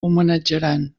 homenatjaran